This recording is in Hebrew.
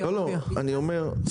עודד פורר: הנושא הופיע במטרות.